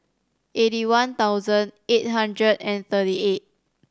eighty one thousand eight hundred and thirty eight